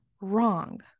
wrong